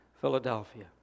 Philadelphia